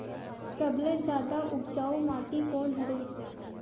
सबले जादा उपजाऊ माटी कोन हरे?